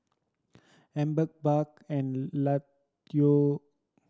Amber Buck and Latoya